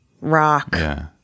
rock